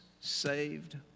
saved